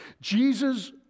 Jesus